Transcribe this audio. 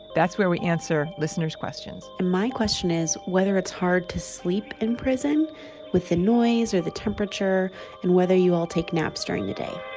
that's where we answer listeners' questions and my question is whether it's hard to sleep in prison with the noise or the temperature and whether you all take naps during the day